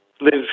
live